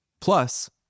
Plus